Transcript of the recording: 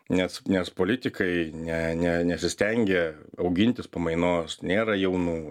nes nes politikai ne ne nesistengia augintis pamainos nėra jaunų